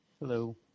hello